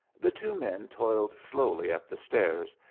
the two men toiled slowly up the stairs,